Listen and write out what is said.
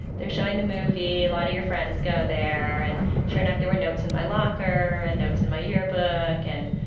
they're showing the movie. a lot of your friends go there. and sure enough, there were notes in my locker and notes in my yearbook and,